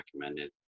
recommended